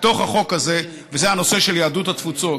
בתוך החוק הזה, וזה הנושא של יהדות התפוצות.